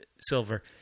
silver